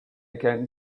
can